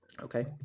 okay